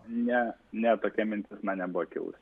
ne ne tokia mintis man nebuvo kilusi